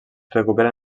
recuperen